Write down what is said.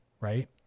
right